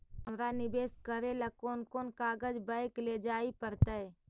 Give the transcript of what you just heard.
हमरा निवेश करे ल कोन कोन कागज बैक लेजाइ पड़तै?